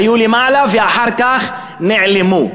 היו למעלה ואחר כך נעלמו.